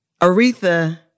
Aretha